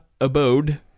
abode